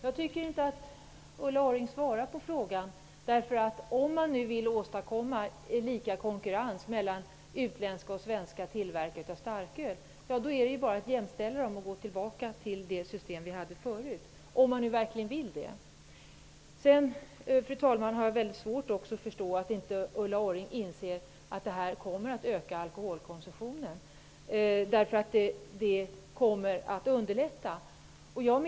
Fru talman! Ulla Orring svarar inte på min fråga. Om man nu verkligen vill åstadkomma lika konkurrens mellan utländska och svenska tillverkare av starköl, är det ju bara att jämställa dem och gå tillbaka till det system som vi i Sverige hade tidigare. Jag har också mycket svårt att förstå att inte Ulla Orring inser att en sådan här lagförändring kommer att öka alkoholkonsumtionen, eftersom det innebär ett underlättande av införsel.